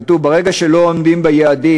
כתוב: ברגע שלא עומדים ביעדים,